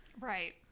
Right